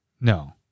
No